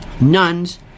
nuns